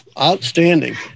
outstanding